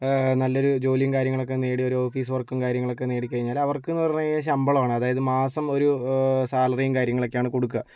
നല്ലൊരു ജോലിയും കാര്യങ്ങളൊക്കെ നേടി ഒരു ഓഫീസ് വർക്കും കാര്യങ്ങളൊക്കെ നേടിക്കഴിഞ്ഞാല് അവർക്കെന്ന് പറഞ്ഞ് കഴിഞ്ഞാൽ ശമ്പളം ആണ് അതായത് മാസം ഒരു സാലറിയും കാര്യങ്ങളൊക്കെയാണ് കൊടുക്കുക